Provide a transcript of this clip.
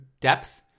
depth